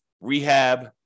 rehab